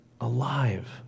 alive